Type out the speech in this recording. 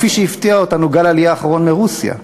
כפי שהפתיע אותנו גל העלייה האחרון מרוסיה.